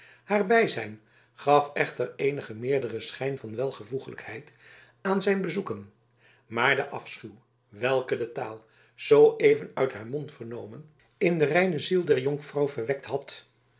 haar bijzijn gaf echter eenigen meerderen schijn van welvoeglijkheid aan zijn bezoeken maar de afschuw welke de taal zooeven uit haar mond vernomen in de reine ziel der jonkvrouw verwekt had